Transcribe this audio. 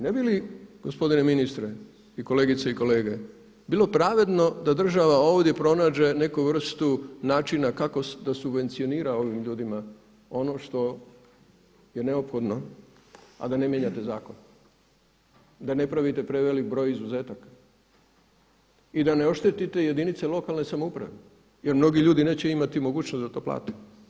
Ne bi li gospodine ministre i kolegice i kolege, bilo pravedno da država ovdje pronađe neku vrstu načina kako da subvencionira ovim ljudima ono što je neophodno, a da ne mijenjate zakon, da ne pravite prevelik broj izuzetaka i da ne oštetite jedinice lokalne samouprave jer mnogi ljudi neće imati mogućnost da to plate.